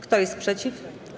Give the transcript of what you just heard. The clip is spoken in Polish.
Kto jest przeciw?